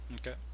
Okay